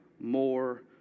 more